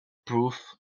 proof